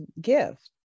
gift